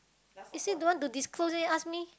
is it don't want to dispose it ask me